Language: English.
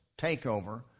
takeover